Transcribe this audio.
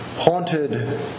Haunted